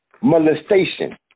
molestation